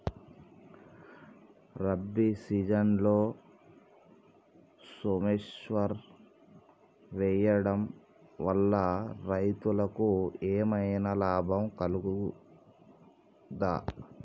రబీ సీజన్లో సోమేశ్వర్ వేయడం వల్ల రైతులకు ఏమైనా లాభం కలుగుద్ద?